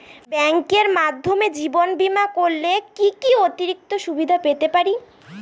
ব্যাংকের মাধ্যমে জীবন বীমা করলে কি কি অতিরিক্ত সুবিধে পেতে পারি?